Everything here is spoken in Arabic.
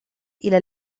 إلى